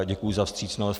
Děkuji za vstřícnost.